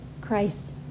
Christ